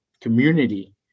community